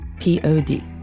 P-O-D